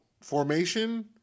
formation